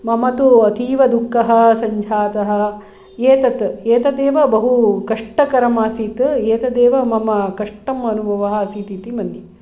मम तु अतीवदुःखं सञ्जातं एतत् एतदेव बहुकष्टकरम् आसीत् एतदेव मम कष्टम् अनुभवः आसीत् इति मन्ये